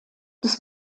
des